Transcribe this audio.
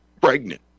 pregnant